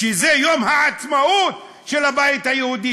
וזה יום העצמאות של הבית היהודי,